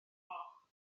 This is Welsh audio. gloch